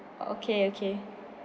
okay okay